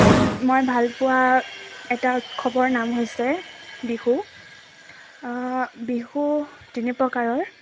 মই ভাল পোৱা এটা উৎসৱৰ নাম হৈছে বিহু বিহু তিনি প্ৰকাৰৰ